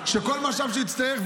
כל משאב שנצטרך,